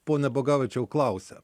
pone bogavičiau klausia